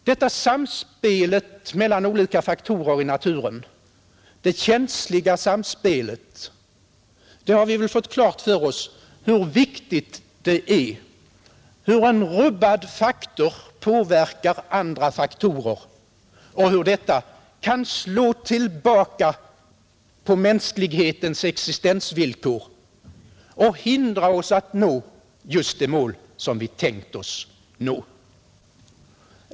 Vi har fått klart för oss hur viktigt det känsliga samspelet mellan olika faktorer inom naturen är, hur en rubbad faktor påverkar andra faktorer och hur detta kan slå tillbaka på mänsklighetens existensvillkor och hindra oss att nå just det mål som vi tänkt oss nå.